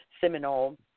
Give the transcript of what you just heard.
Seminole